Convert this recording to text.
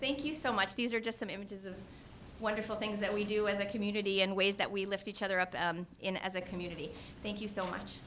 thank you so much these are just some images of wonderful things that we do in the community and ways that we lift each other up in as a community thank you so much